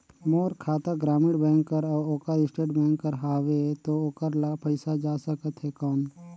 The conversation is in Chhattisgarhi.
मोर खाता ग्रामीण बैंक कर अउ ओकर स्टेट बैंक कर हावेय तो ओकर ला पइसा जा सकत हे कौन?